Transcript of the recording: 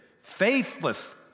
faithless